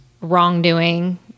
wrongdoing